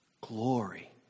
Glory